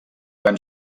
van